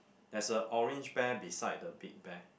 there's a orange bear beside the big bear